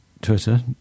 Twitter